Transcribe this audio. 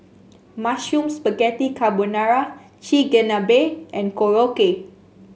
Mushroom Spaghetti Carbonara Chigenabe and Korokke